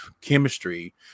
chemistry